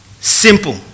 simple